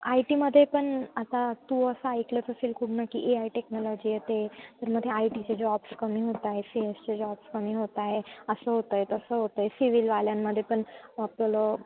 I टीमध्ये पण आता तू असं ऐकलंच असेल खूप ना की ए आय टेक्नॉलॉजी येते त्यामध्ये आय टीचे जॉब्स कमी होत आहे सी एसचे जॉब्स कमी होत आहे असं होत आहे तसं होत आहे सिविलवाल्यांमध्ये पण आपलं